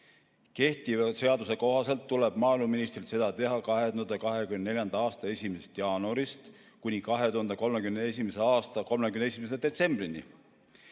Kehtiva seaduse kohaselt tuleb maaeluministril seda teha 2024. aasta 1. jaanuarist kuni 2031. aasta 31. detsembrini